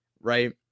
right